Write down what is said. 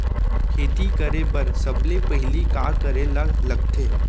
खेती करे बर सबले पहिली का करे ला लगथे?